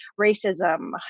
racism